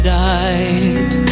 died